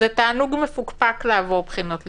זה תענוג מפוקפק לעבור בחינות לשכה,